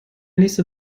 nächste